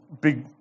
big